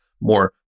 more